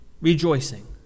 rejoicing